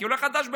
כעולה חדש בעצמי,